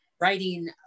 writing